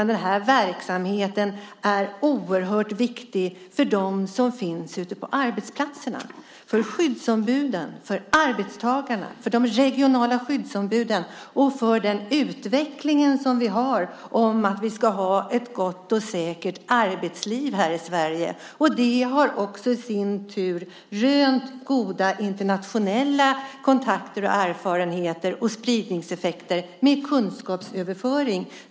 Den här verksamheten är också oerhört viktig för dem som finns ute på arbetsplatserna, de lokala och regionala skyddsombuden och för arbetstagarna. Den är även viktig för utvecklingen av ett gott och säkert arbetsliv här i Sverige. Detta har i sin tur resulterat i goda internationella kontakter, erfarenheter, spridningseffekter och kunskapsöverföring.